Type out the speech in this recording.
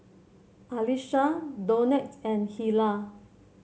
Alisha Donat and Hilah